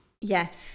Yes